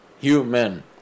Human